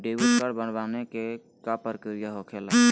Debit card बनवाने के का प्रक्रिया होखेला?